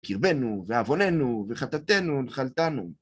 קרבנו ועווננו וחטאתנו נחלתנו.